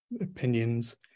opinions